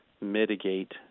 mitigate